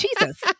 Jesus